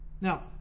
Now